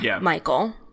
Michael